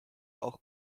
auch